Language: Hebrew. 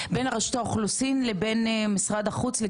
לגבי הסוגיות האלה של איך מאתרים,